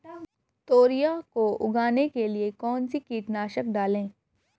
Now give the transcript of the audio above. तोरियां को उगाने के लिये कौन सी कीटनाशक डालें?